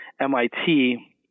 MIT